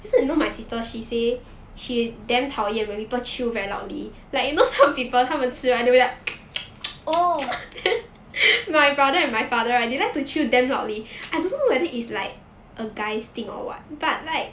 oh